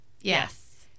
Yes